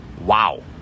Wow